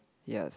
ya